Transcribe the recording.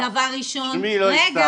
דבר ראשון.